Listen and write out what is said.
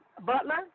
Butler